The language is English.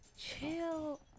Chill